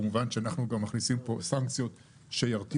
כמובן שאנחנו גם מכניסים פה סנקציות שירתיעו,